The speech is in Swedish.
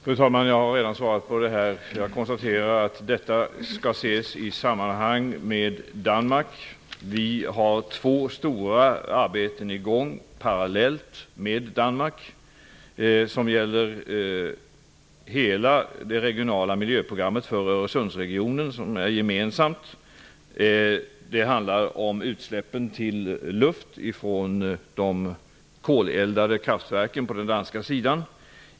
Fru talman! Jag har redan svarat på frågan. Jag konstaterar att frågan skall ses i sitt sammanhang med Danmark. Vi har två stora arbeten i gång parallellt med Danmark som gäller hela det regionala miljöprogrammet för Öresundsregionen. Det handlar om utsläppen till luft från de koleldade kraftverken på den danska sidan.